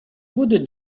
будуть